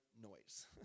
noise